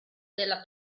della